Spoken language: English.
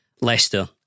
Leicester